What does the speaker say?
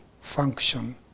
function